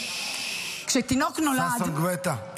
ששש, ששון גואטה.